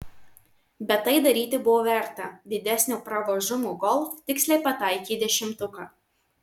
bet tai daryti buvo verta didesnio pravažumo golf tiksliai pataikė į dešimtuką